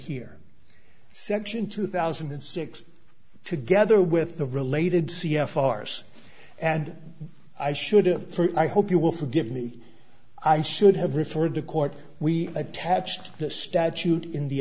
here section two thousand and six together with the related c f farce and i should've i hope you will forgive me i should have referred to court we attached the statute in